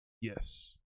Yes